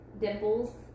Dimples